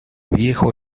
viejo